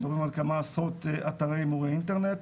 אנחנו מדברים על כמה עשרות אתרי הימורי אינטרנט,